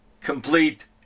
complete